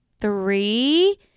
three